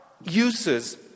uses